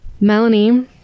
Melanie